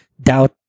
doubt